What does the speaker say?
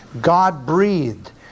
God-breathed